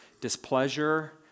displeasure